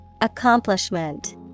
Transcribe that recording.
Accomplishment